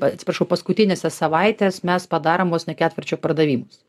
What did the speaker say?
atsiprašau paskutiniąsias savaites mes padarom vos ne ketvirčio pardavimus